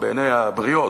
בעיני הבריות,